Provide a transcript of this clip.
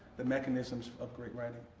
the mechanisms of great writing.